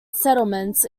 settlements